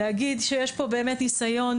להגיד שיש כאן באמת ניסיון